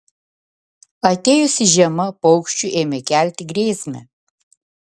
atėjusi žiema paukščiui ėmė kelti grėsmę